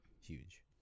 huge